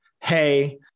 Hey